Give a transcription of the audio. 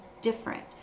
different